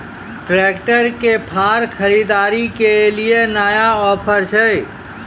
Tractor के फार खरीदारी के लिए नया ऑफर छ?